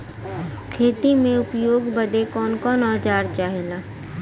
खेती में उपयोग बदे कौन कौन औजार चाहेला?